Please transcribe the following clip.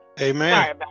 Amen